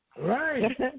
Right